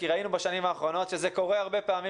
כי ראינו בשנים האחרונות שזה קורה הרבה פעמים